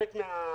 חלק מן